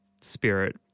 spirit